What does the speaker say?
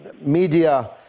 media